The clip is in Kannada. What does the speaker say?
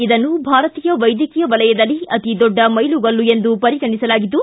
ಇದನ್ನು ಭಾರತೀಯ ವೈದ್ಯಕೀಯ ವಲಯದಲ್ಲಿ ಅತಿ ದೊಡ್ಡ ಮೈಲುಗಲ್ಲು ಎಂದು ಪರಿಗಣಿಸಲಾಗಿದ್ದು